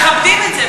מכבדים את זה.